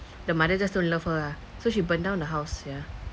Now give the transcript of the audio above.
the mother just don't love her ah so she burned down the house sia